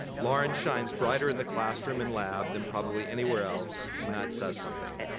lauren shines brighter in the classroom and lab than probably anywhere else, and that says something.